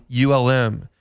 ULM